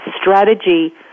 strategy